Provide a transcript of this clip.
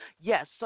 Yes